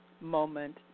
moment